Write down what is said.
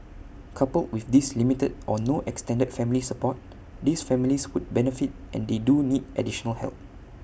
coupled with this limited or no extended family support these families would benefit and they do need additional help